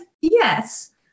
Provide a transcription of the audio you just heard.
yes